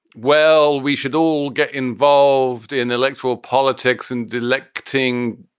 well, we should all get involved in electoral politics and electing,